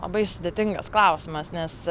labai sudėtingas klausimas nes